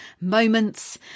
moments